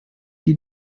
die